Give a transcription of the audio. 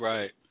Right